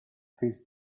face